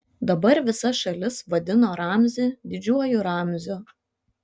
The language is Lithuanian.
dabar visa šalis vadino ramzį didžiuoju ramziu